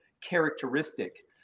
characteristic